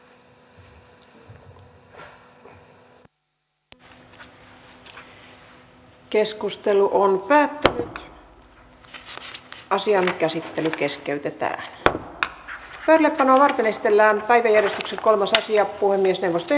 keskustelu päättyi ja asian käsittely keskeytetä kumota nuorten esitellään päiväjärjestyksen kolmoseksi ja keskeytettiin